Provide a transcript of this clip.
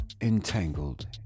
Entangled